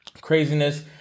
Craziness